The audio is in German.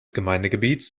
gemeindegebietes